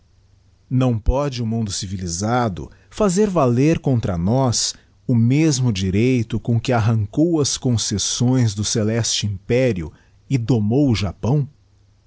não pôde o mundo civilisado fazer valer contra nôs o mesmo direito com que arrancou as concessões do celeste império e domou o japão